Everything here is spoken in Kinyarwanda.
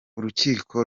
urukiko